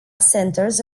centers